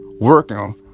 working